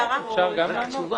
למה התעורר